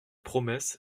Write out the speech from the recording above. promesse